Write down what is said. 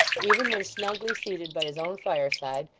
even when snugly seated by his own fireside,